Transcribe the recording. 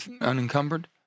unencumbered